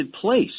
place